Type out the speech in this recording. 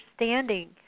understanding